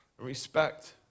respect